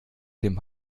dem